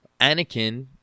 Anakin